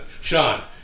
Sean